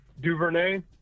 Duvernay